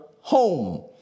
home